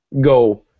go